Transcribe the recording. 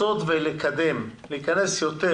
לקדם, להיכנס יותר